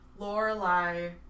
Lorelai